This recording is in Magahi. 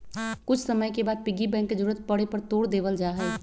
कुछ समय के बाद पिग्गी बैंक के जरूरत पड़े पर तोड देवल जाहई